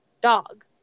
dog